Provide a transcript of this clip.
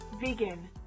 Vegan